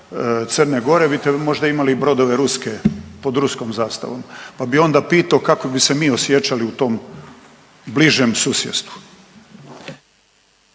Crne Gore bite možda imali i brodove ruske, pod ruskom zastavnom. Pa bi onda pitao kako bi se mi osjećali u tom bližem susjedstvu.